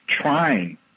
trying